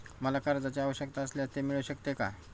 मला कर्जांची आवश्यकता असल्यास ते मिळू शकते का?